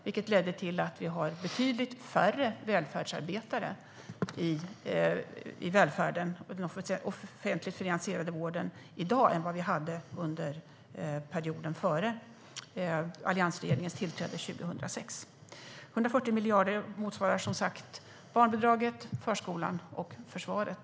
Det ledde till att vi har betydligt färre som arbetar i välfärden och i den offentligt finansierade vården i dag än vad vi hade under perioden före alliansregeringens tillträde 2006. En summa på 140 miljarder motsvarar som sagt barnbidraget, förskolan och försvaret.